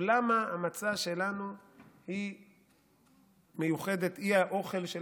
למה המצה שלנו מיוחדת, היא האוכל של